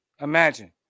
Imagine